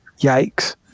yikes